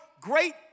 great